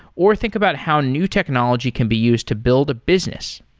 or think about how new technology can be used to build a business.